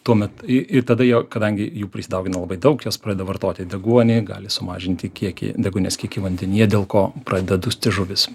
tuomet ir tada jau kadangi jų prisidaugino labai daug jos pradeda vartoti deguonį gali sumažinti kiekį deguonies kiekį vandenyje dėl ko pradeda dusti žuvys